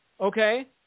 Okay